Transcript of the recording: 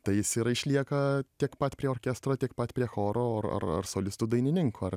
tai jis ir išlieka tiek pat prie orkestro tiek pat prie choro ar ar ar solistų dainininkų ar